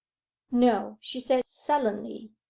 no, she said sullenly.